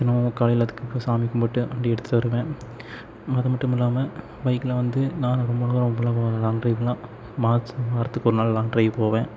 தினமும் காலையில் அதுக்கப்பறம் சாமி கும்பிட்டு வண்டி எடுத்துட்டு வருவேன் அது மட்டும் இல்லாமல் பைக்கில் வந்து நான் ரொம்ப தூரம் அப்படிலாம் போவேன் லாங்க் ட்ரைவ் எல்லாம் மாசத்தில் வாரத்துக்கு ஒரு நாள் லாங்க் ட்ரைவ் போவேன்